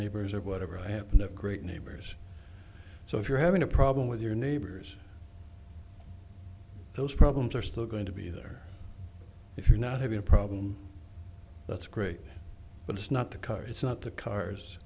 neighbors or whatever happened to great neighbors so if you're having a problem with your neighbors those problems are still going to be there if you're not having a problem that's great but it's not the car it's not the cars